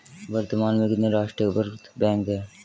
वर्तमान में कितने राष्ट्रीयकृत बैंक है?